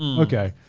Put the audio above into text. um okay.